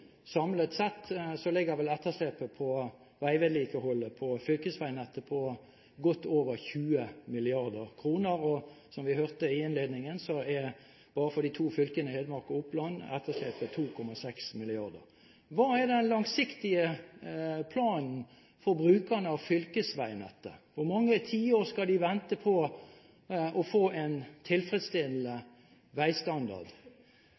Samlet sett ligger vel etterslepet på veivedlikeholdet på fylkesveinettet på godt over 20 mrd. kr, og – som vi hørte i innledningen – etterslepet bare for de to fylkene Hedmark og Oppland er på 2,6 mrd. kr. Hva er den langsiktige planen for brukerne av fylkesveinettet? Hvor mange tiår skal de vente på å få en